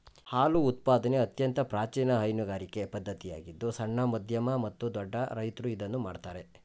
ಹಾಲು ಉತ್ಪಾದನೆ ಅತ್ಯಂತ ಪ್ರಾಚೀನ ಹೈನುಗಾರಿಕೆ ಪದ್ಧತಿಯಾಗಿದ್ದು ಸಣ್ಣ, ಮಧ್ಯಮ ಮತ್ತು ದೊಡ್ಡ ರೈತ್ರು ಇದನ್ನು ಮಾಡ್ತರೆ